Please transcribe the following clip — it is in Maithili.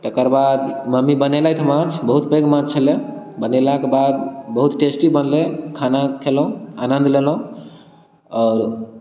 तकर बाद मम्मी बनेलथि माछ बहुत पैघ माछ छलै बनेलाके बाद बहुत टेस्टी बनलै खाना खेलहुँ आनन्द लेलहुँ आओर